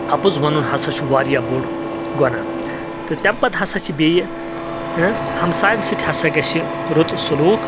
اپُز ونن ہسا چھُ واریاہ بوٚڑ گۄناہ تہٕ تمہِ پتہٕ ہسا چھِ بییٚہِ ہے ہمساین سۭتۍ ہسا گژھہِ رُت سلوک